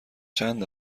چند